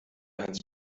hans